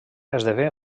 esdevé